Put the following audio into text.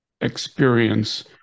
experience